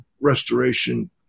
restoration